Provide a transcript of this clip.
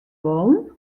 wollen